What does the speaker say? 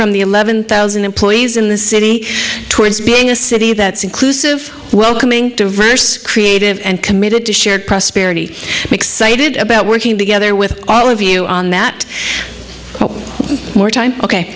from the eleven thousand and please in this city towards being a city that's inclusive welcoming diverse creative and committed to shared prosperity excited about working together with all of you on that one more time ok